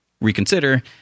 reconsider